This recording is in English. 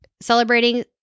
Celebrating